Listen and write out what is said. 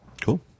Cool